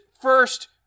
first